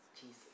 Jesus